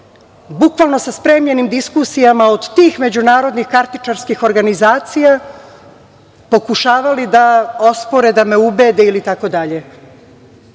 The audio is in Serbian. bukvalno sa spremljenim diskusijama od tih međunarodnih kartičarskih organizacija, pokušavali da ospore, da me ubede itd.